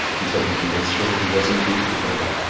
until he convinced her that he was indeed her brother.